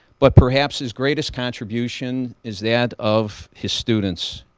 but perhaps his greatest contribution is that of his students.